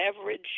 average